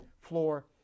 floor